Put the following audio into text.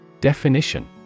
Definition